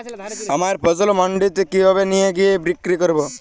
আমার ফসল মান্ডিতে কিভাবে নিয়ে গিয়ে বিক্রি করব?